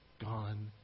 gone